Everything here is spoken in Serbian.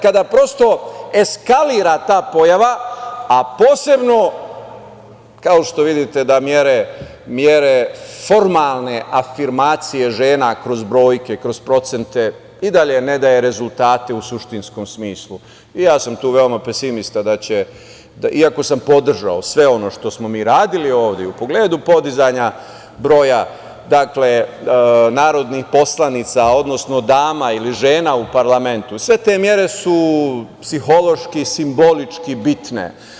Kada prosto eskalira ta pojava, a posebno, kao što vidite da mere formalne afirmacije žena kroz brojke, kroz procente i dalje ne daje rezultate u suštinskom smislu, ja sam tu veoma pesimista da će, iako sam podržao sve ono što smo mi radili ovde u pogledu podizanja broja narodnih poslanica, odnosno dama ili žena u parlamentu, i sve te mere su psihološki i simbolički bitne.